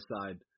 side